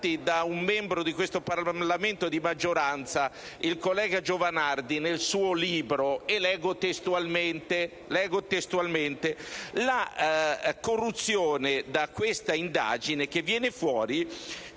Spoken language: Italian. grazie a tutto